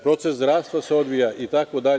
Proces zdravstva se odvija itd.